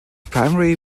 primary